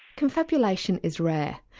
confabulation is rare, ah